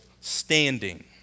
standing